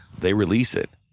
they release it.